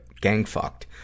gang-fucked